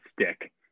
stick